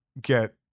get